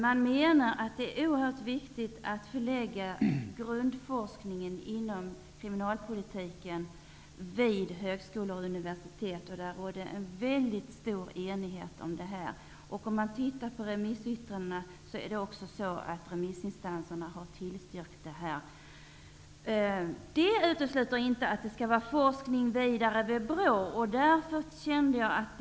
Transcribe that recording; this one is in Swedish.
Man menade att det är oerhört viktigt att förlägga grundforskningen inom kriminalpolitiken till högskolor och universitet. Det rådde en mycket stor enighet om detta. Om man ser till remissyttrandena har också remissinstanserna tillstyrkt detta. Det utesluter inte att forskning skall bedrivas vidare hos BRÅ.